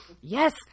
yes